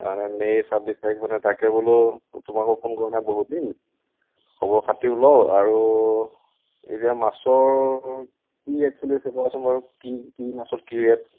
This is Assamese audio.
মে'ৰ চাব্বিছ তাৰিখ মানে তাকে বোলো তোমাকো ফোন কৰা নাই বহুত দিন খবৰ খাতিও লওঁ আৰু এই যে মাছৰ কি ৰেট চলি আছিলে কোৱাছোন বাৰু কি কি মাছৰ কি ৰেট